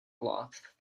cloth